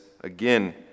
again